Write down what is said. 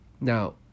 Now